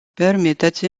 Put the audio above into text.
permiteți